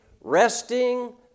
resting